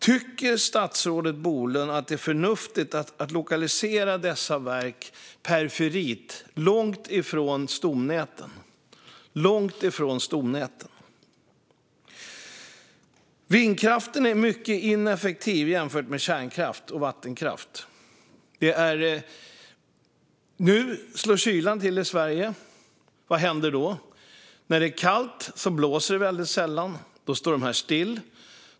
Tycker statsrådet Bolund att det är förnuftigt att placera dessa verk i periferin, långt ifrån stamnäten? Vindkraften är mycket ineffektiv jämfört med kärnkraften och vattenkraften. Nu slår kylan till i Sverige. Vad händer då? När det är kallt blåser det sällan; då står vindkraftverken still.